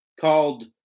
called